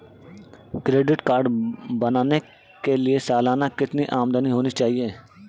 Credit card बनाने के लिए सालाना कितनी आमदनी होनी चाहिए?